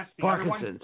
Parkinson's